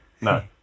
no